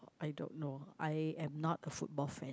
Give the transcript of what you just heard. I don't know I am not a football fan